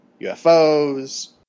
ufos